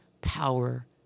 power